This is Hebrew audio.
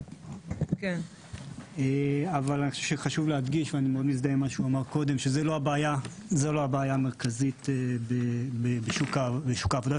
אבל אני חושב שחשוב להדגיש שזו לא הבעיה המרכזית בשוק העבודה.